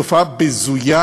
והיא תופעה בזויה,